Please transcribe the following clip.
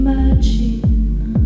Imagine